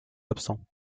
absents